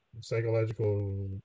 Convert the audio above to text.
psychological